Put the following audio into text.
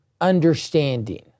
understanding